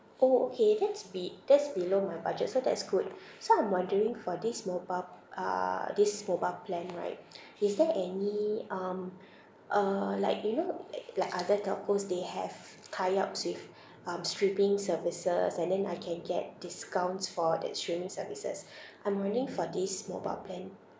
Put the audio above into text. orh okay that's be~ that's below my budget so that's good so I'm wondering for this mobile uh this mobile plan right is there any um uh like you know like like other telcos they have tie ups with um streaming services and then I can get discounts for that streaming services I'm wondering for this mobile plan